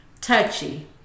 touchy